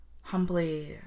humbly